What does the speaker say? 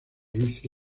hice